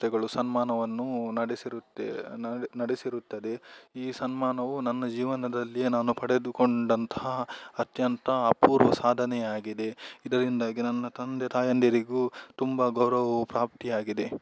ಸಂಸ್ಥೆಗಳು ಸನ್ಮಾನವನ್ನು ನಡೆಸಿರುತ್ತೆ ನಡೆಸಿರುತ್ತದೆ ಈ ಸನ್ಮಾನವು ನನ್ನ ಜೀವನದಲ್ಲಿಯೇ ನಾನು ಪಡೆದುಕೊಂಡಂತಹ ಅತ್ಯಂತ ಅಪೂರ್ವ ಸಾಧನೆಯಾಗಿದೆ ಇದರಿಂದಾಗಿ ನನ್ನ ತಂದೆ ತಾಯಂದಿರಿಗು ತುಂಬ ಗೌರವವು ಪ್ರಾಪ್ತಿ ಆಗಿದೆ